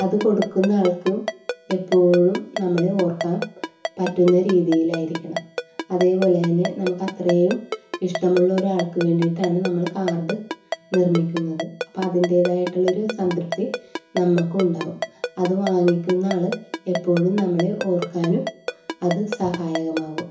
അത് കൊടുക്കുന്ന ആൾക്കും എപ്പോഴും നമ്മളെ ഓർക്കാൻ പറ്റുന്ന രീതിയിലായിരിക്കണം അതേപോലെത്തന്നെ നമുക്കത്രയും ഇഷ്ടമുള്ള ഒരാൾക്ക് വേണ്ടിയിട്ടാണ് നമ്മൾ കാർഡ് നിർമ്മിക്കുന്നത് അപ്പോൾ അതിൻ്റേതായിട്ടുള്ളൊരു സംതൃപ്തി നമ്മൾക്ക് ഉണ്ടാവും അത് വാങ്ങിക്കുന്ന ആൾ എപ്പോഴും നമ്മളെ ഓർക്കാനും അത് സഹായകമാവും